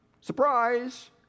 Surprise